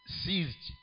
seized